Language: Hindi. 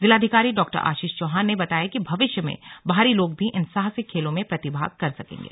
जिलाधिकारी डा आशीष चौहान ने बताया कि भविष्य में बाहरी लोग भी इन साहसिक खेलों में प्रतिभाग करेंगे